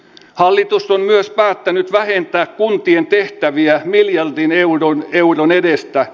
hallitus on myös päättänyt vähentää kuntien tehtäviä miljardin euron euron edestä